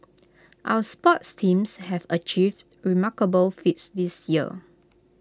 our sports teams have achieved remarkable feats this year